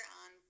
on